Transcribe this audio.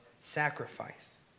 sacrifice